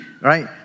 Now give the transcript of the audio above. right